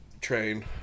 Train